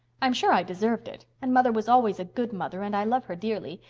i am sure i deserved it, and mother was always a good mother and i love her dearly.